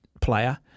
player